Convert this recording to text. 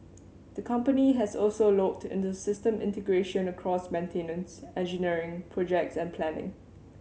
the company has also looked into system integration across maintenance engineering projects and planning